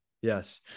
Yes